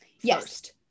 yes